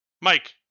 Mike